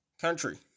country